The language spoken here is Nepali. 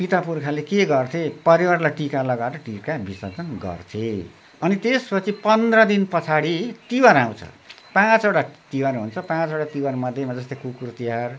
पितापुर्खाले के गर्थेँ परिवारलाई टिका लगाएर टिका विसर्जन गर्थे अनि त्यसपछि पन्ध्र दिन पछाडि तिहार आउँछ पाँचवटा तिहार हुन्छ पाँचवटा तिहारमध्येमा जस्तै कुकुर तिहार